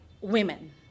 women